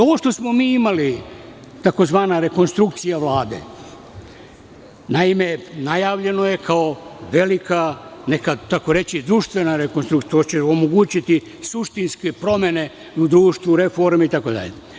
Ovo što smo mi imali tzv. rekonstrukcija Vlade, naime, najavljeno je kao velika, nekad tako reći društvena rekonstrukcija što će omogućiti suštinske promene u društvu reformi itd.